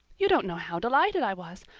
you don't know how delighted i was.